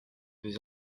des